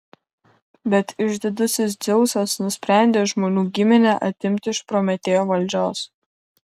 bet išdidusis dzeusas nusprendė žmonių giminę atimti iš prometėjo valdžios